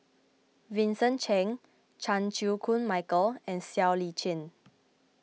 Vincent Cheng Chan Chew Koon Michael and Siow Lee Chin